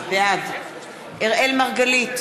בעד אראל מרגלית,